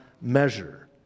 measure